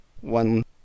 one